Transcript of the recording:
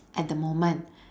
at the moment